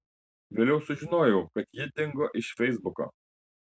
vėliau sužinojau kad ji dingo iš feisbuko